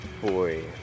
boy